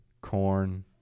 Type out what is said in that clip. corn